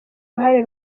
uruhare